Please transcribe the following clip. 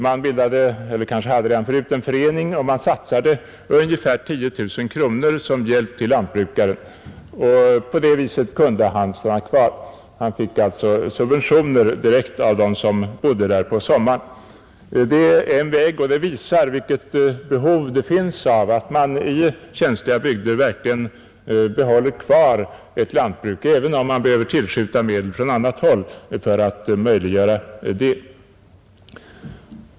Man bildade — eller hade kanske förut — en förening och satsade ungefär 10 000 kronor såsom hjälp åt lantbrukaren. På det sättet kunde han stanna kvar. Han fick alltså subventioner direkt av dem som bodde där på sommaren. Det är en väg och den visar vilket behov det finns av att i känsliga bygder verkligen bibehålla ett lantbruk, även om man får tillskjuta medel från annat håll för att möjliggöra det.